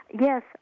yes